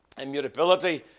immutability